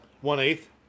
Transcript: one-eighth